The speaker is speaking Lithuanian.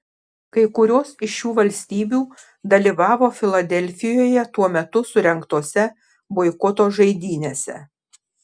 kai kurios iš šių valstybių dalyvavo filadelfijoje tuo metu surengtose boikoto žaidynėse